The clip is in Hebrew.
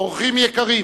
אורחים יקרים,